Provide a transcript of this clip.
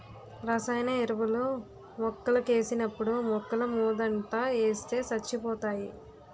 రసాయన ఎరువులు మొక్కలకేసినప్పుడు మొక్కలమోదంట ఏస్తే సచ్చిపోతాయి